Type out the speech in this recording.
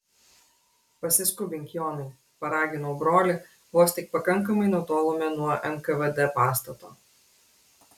pasiskubink jonai paraginau brolį vos tik pakankamai nutolome nuo nkvd pastato